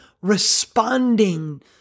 responding